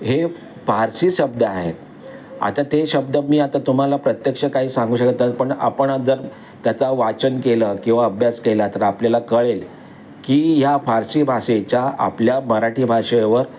हे फारसी शब्द आहेत आता ते शब्द मी आता तुम्हाला प्रत्यक्ष काही सांगू शकत नाही पण आपण जर त्याचा वाचन केलं किंवा अभ्यास केला तर आपल्याला कळेल की या फारसी भाषेच्या आपल्या मराठी भाषेवर